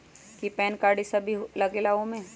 कि PAN card इ सब भी लगेगा वो में?